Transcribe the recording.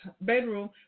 bedroom